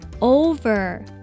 over